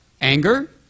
anger